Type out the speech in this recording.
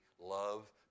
love